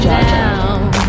down